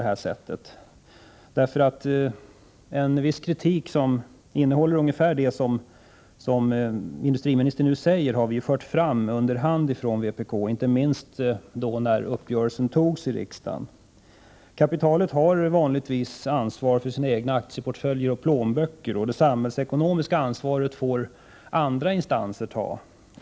En viss kritik, som i stort sett innehåller det industriministern nu säger, har vi från vpk under hand fört fram, inte minst när uppgörelsen behandlades i riksdagen. Kapitalet tar vanligtvis ansvaret för sina egna aktieportföljer och plånböcker, medan andra instanser får ta det samhällsekonomiska ansvaret.